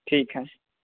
ठीक हइ